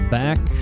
back